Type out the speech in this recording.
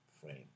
frame